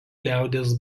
liaudies